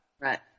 Right